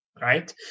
right